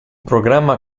programma